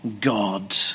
God